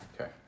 Okay